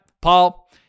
Paul